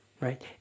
right